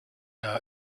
our